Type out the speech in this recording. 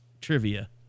trivia